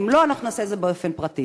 אם לא, אנחנו נעשה את זה באופן פרטי.